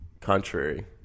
contrary